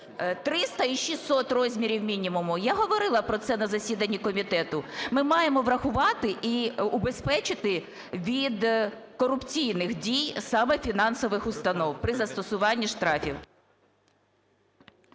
300 і 600 розмірів мінімуму? Я говорила про це на засіданні комітету, ми маємо врахувати і убезпечити від корупційних дій саме фінансових установ при застосуванні штрафів.